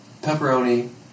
pepperoni